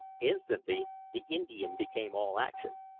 instantly the indian became all action.